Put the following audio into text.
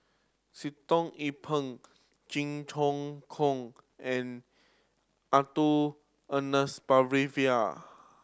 Sitoh Yih Pin Jit Ch'ng Koon and Ernest